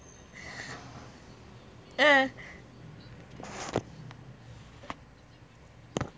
ya